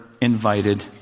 invited